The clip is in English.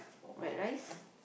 white rice